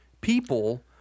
People